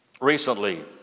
Recently